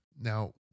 Now